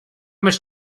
much